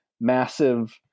massive